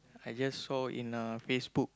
I just saw in uh Facebook